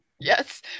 Yes